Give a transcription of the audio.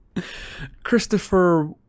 Christopher